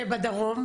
ובדרום?